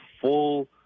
full